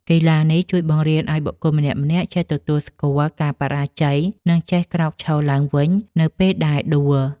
កីឡានេះជួយបង្រៀនឱ្យបុគ្គលម្នាក់ៗចេះទទួលស្គាល់ការបរាជ័យ និងចេះក្រោកឈរឡើងវិញនៅពេលដែលដួល។